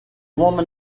woman